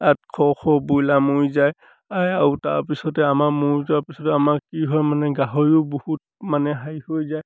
আঠশ শ ব্ৰইলাৰ মৰি যায় আৰু তাৰপিছতে আমাৰ মৰি যোৱাৰ পিছতে আমাৰ কি হয় মানে গাহৰিও বহুত মানে হেৰি হৈ যায়